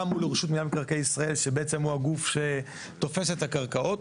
גם מול רשות מנהל מקרקעי ישראל שבעצם הוא הגוף שתופס את הקרקעות,